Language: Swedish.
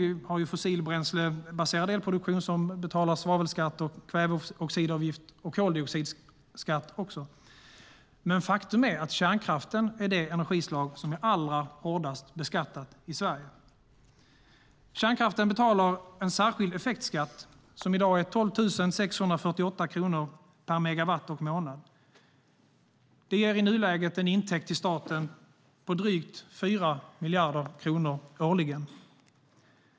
Vi har fossilbränslebaserad elproduktion, som betalar svavelskatt, kväveoxidavgift och koldioxidskatt. Faktum är dock att kärnkraften är det energislag som är allra hårdast beskattat i Sverige. Kärnkraften betalar en särskild effektskatt, som i dag är 12 648 kronor per megawatt och månad. Det ger i nuläget en intäkt till staten på drygt 4 miljarder kronor årligen.